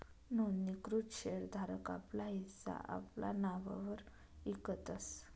नोंदणीकृत शेर धारक आपला हिस्सा आपला नाववर इकतस